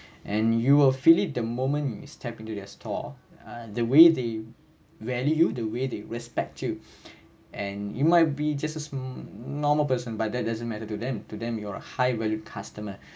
and you will feel it the moment you step into their store ah the way they value the way they respect you and you might be just as normal person but that doesn't matter to them to them you are a high value customer